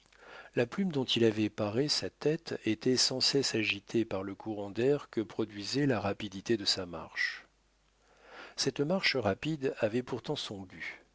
la plume dont il avait paré sa tête était sans cesse agitée par le courant d'air que produisait la rapidité de sa marche cette marche rapide avait pourtant son but